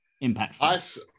impacts